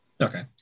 Okay